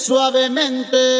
Suavemente